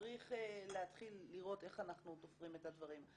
שצריך להתחיל לראות איך אנחנו תופרים את הדברים.